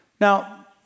Now